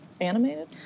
animated